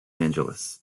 angeles